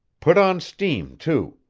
put on steam, too.